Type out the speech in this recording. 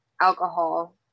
alcohol